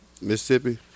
Mississippi